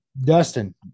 Dustin